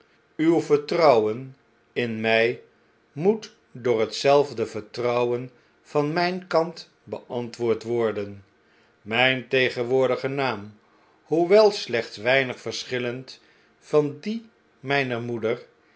uw vertrouwen in my moet door hetzelfde vertrouwen van mjjn kant beantwoord worden mjjn tegenwoordige naam hoewel slechtsweinig verschillend van dien rmjner moeder